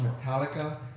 Metallica